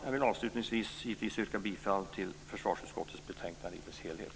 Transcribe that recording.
Jag vill avslutningsvis givetvis yrka bifall till försvarsutskottets hemställan i dess helhet.